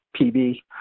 PB